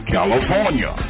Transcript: California